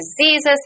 diseases